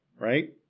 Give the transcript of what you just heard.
right